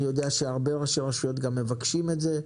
אני יודע שהרבה ראשי רשויות גם מבקשים את זה,